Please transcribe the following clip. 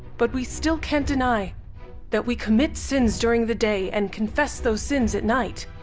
but we still can't deny that we commit sins during the day and confess those sins at night.